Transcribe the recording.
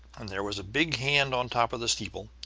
and there was a big hand on top of the steeple,